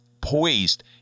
poised